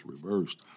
reversed